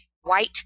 white